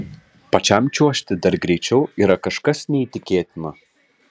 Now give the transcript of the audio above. pačiam čiuožti dar greičiau yra kažkas neįtikėtino